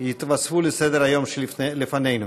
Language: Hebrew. יתווספו לסדר-היום שלפנינו.